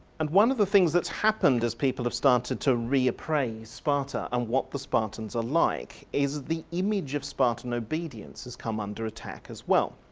and one of the things that's happened as people have started to reappraise sparta and what the spartans is like is the image of spartan obedience has come under attack as well.